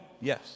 Yes